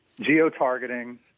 geo-targeting